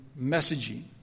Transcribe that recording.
messaging